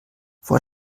vor